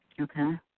Okay